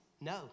No